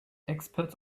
experts